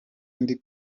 ndi